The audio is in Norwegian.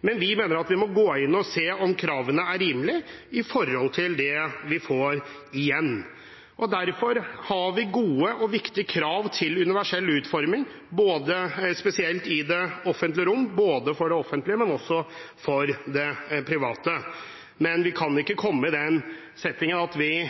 det vi får igjen. Derfor har vi gode og viktige krav til universell utforming, spesielt i det offentlige rom – både for det offentlige og for det private. Men vi kan ikke komme i den settingen at vi